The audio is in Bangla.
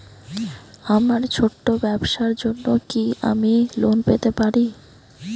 আমার ছোট্ট ব্যাবসার জন্য কি আমি লোন পেতে পারি?